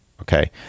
Okay